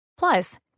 Plus